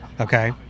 Okay